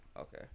okay